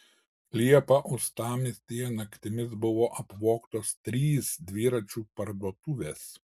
liepą uostamiestyje naktimis buvo apvogtos trys dviračių parduotuvės